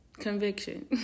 conviction